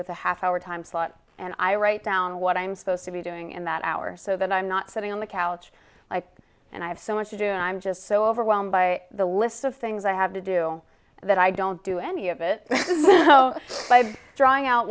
with a half hour time slot and i write down what i'm supposed to be doing in that hour so that i'm not sitting on the couch and i have so much to do and i'm just so overwhelmed by the lists of things i have to do that i don't do any of it drawing out